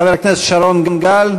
חבר הכנסת שרון גל,